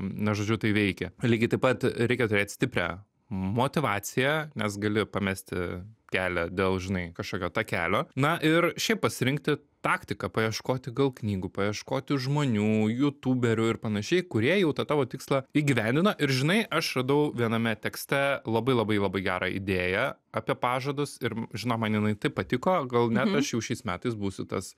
na žodžiu tai veikia lygiai taip pat reikia turėt stiprią motyvaciją nes gali pamesti kelią dėl žinai kažkokio takelio na ir šiaip pasirinkti taktiką paieškoti gal knygų paieškoti žmonių jutūberių ir panašiai kurie jau tą tavo tikslą įgyvendino ir žinai aš radau viename tekste labai labai labai gerą idėją apie pažadus ir žinoma man jinai taip patiko gal net aš jau šiais metais būsiu tas